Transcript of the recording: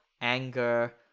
anger